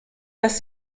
dass